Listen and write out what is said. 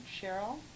Cheryl